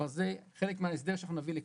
כלומר, זה חלק מההסדר שנביא לכאן.